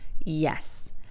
Yes